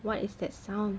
what is that sound